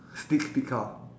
sneak peek ah